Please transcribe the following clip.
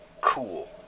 cool